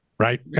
Right